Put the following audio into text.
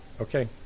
Okay